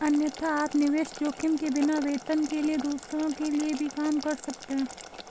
अन्यथा, आप निवेश जोखिम के बिना, वेतन के लिए दूसरों के लिए भी काम कर सकते हैं